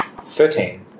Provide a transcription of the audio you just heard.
Thirteen